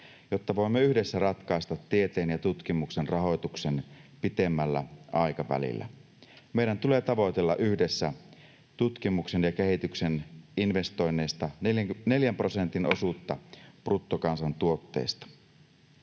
jotta voimme yhdessä ratkaista tieteen ja tutkimuksen rahoituksen pitemmällä aikavälillä. Meidän tulee tavoitella yhdessä tutkimuksen ja kehityksen investoinneissa 4 prosentin osuutta bruttokansantuotteesta.